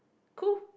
cool